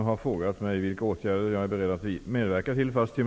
Herr talman!